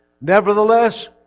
Nevertheless